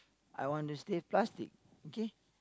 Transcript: I want to stay plastic okay